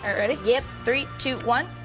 ready? yep. three, two, one.